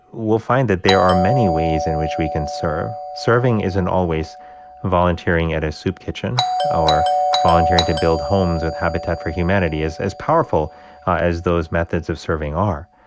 we'll find that there are many ways in which we can serve. serving isn't always volunteering at a soup kitchen or volunteering to build homes with habitat for humanity, as as powerful as those methods of serving are.